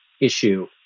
issue